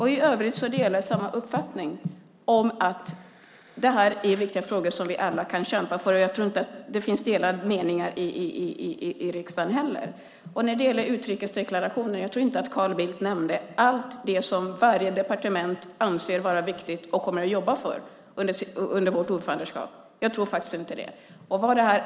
I övrigt delar jag uppfattningen att det här är viktiga frågor som vi alla kan kämpa för. Jag tror inte att det finns delade meningar i riksdagen heller. När det gäller utrikesdeklarationen tror jag inte att Carl Bildt nämnde allt det som varje departement anser vara viktigt och kommer att jobba för under vårt ordförandeskap. Jag tror faktiskt inte det.